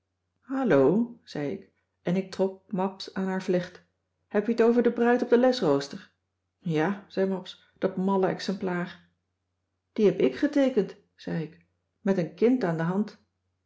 hallo zei ik en ik trok mabs aan haar vlecht heb je t over de bruid op den lesrooster ja zei mabs dat malle exemplaar die heb ik geteekend zei ik met een kind aan de hand